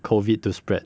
COVID to spread